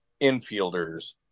infielders